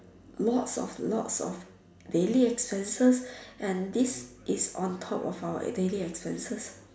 lots of lots of daily expenses and this is on top of our daily expenses